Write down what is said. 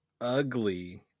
Ugly